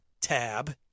tab